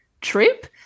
trip